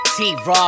T-Raw